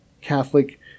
Catholic